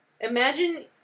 imagine